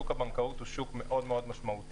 שוק הבנקאות הוא שוק מאוד מאוד משמעותי.